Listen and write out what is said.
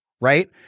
Right